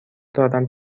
دارم